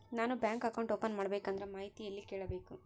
ನಾನು bank account open ಮಾಡಬೇಕಂದ್ರ ಮಾಹಿತಿ ಎಲ್ಲಿ ಕೇಳಬೇಕು?